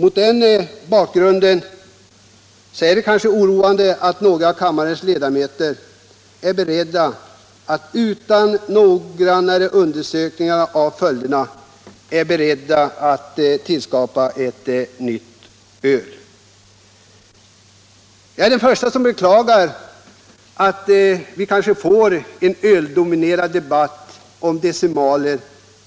Mot den här bakgrunden är det oroande att några av kammarens ledamöter är beredda att utan noggrannare undersökningar om följderna tillskapa ett nytt öl. Jag är den förste som beklagar att vi kanske får en öldominerad debatt om decimaler